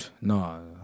No